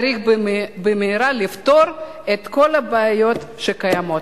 צריך לפתור במהרה את כל הבעיות שקיימות.